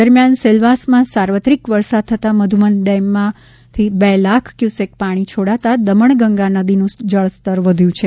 દરમિયાન સેલવાસમાં સાર્વત્રિક વરસાદ થતાં મધુબન ડેમમાંથી બે લાખ ક્યુસેક પાણી છોડતા દમણગંગા નદીનું જળ સ્તર વધ્યું છે